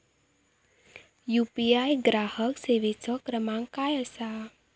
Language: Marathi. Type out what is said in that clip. यू.पी.आय ग्राहक सेवेचो क्रमांक काय असा?